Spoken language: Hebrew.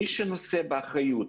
מי שנושא באחריות,